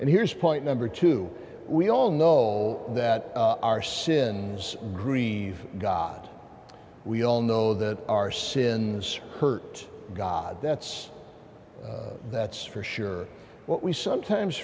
and here's point number two we all know that our sins grieve god we all know that our sins hurt god that's that's for sure but we sometimes